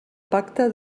pacte